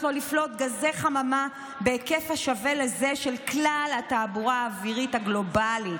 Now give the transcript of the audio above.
לו לפלוט גזי חממה בהיקף השווה לזה של כלל התעבורה האווירית הגלובלית,